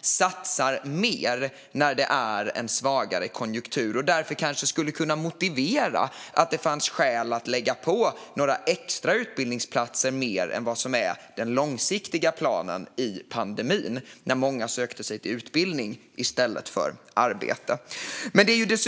satsa mer när det är en svagare konjunktur, och skulle kanske därför kunna motivera att det fanns skäl att lägga till några extra utbildningsplatser utöver dem som fanns i den långsiktiga planen som gällde under pandemin, när många sökte sig till utbildning i stället för arbete.